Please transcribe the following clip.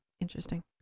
interesting